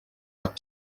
but